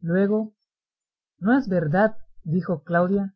luego no es verdad dijo claudia